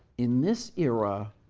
in this era,